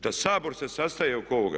Da Sabor se sastaje oko ovoga.